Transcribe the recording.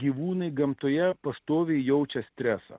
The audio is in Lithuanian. gyvūnai gamtoje pastoviai jaučia stresą